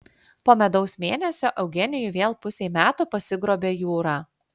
po medaus mėnesio eugenijų vėl pusei metų pasigrobė jūra